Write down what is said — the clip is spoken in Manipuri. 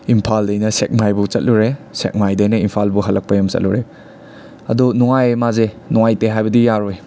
ꯏꯝꯐꯥꯜꯗꯩꯅ ꯁꯦꯛꯃꯥꯏ ꯐꯥꯎ ꯆꯠꯂꯨꯔꯦ ꯁꯦꯛꯃꯥꯏꯗꯩꯅ ꯏꯝꯐꯥꯜ ꯐꯥꯎ ꯍꯂꯛꯄꯩ ꯑꯃ ꯆꯠꯂꯨꯔꯦ ꯑꯗꯣ ꯅꯨꯡꯉꯥꯏꯌꯦ ꯃꯥꯁꯦ ꯅꯨꯡꯉꯥꯏꯇꯦ ꯍꯥꯏꯕꯗꯤ ꯌꯥꯔꯣꯏ